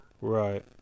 Right